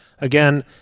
again